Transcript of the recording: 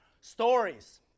Stories